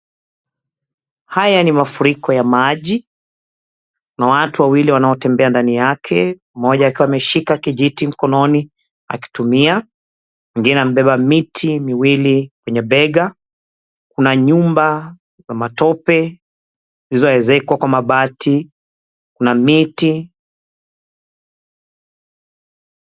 Haya ni mafuriko ya maji. Kuna watu wawili wanaotembea ndani yake, mmoja akiwa ameshika kijiti mkononi akitumia, mwingine amebeba miti miwili kwenye bega. Kuna nyumba za matope zilizoezekwa kwa mabati, kuna miti.